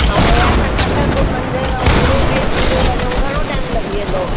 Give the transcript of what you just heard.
ऐं हे असां छतरपुर मंदिर ऐं गुरू जीअ मंदिर वञूं घणो टाइम लॻी वेंदो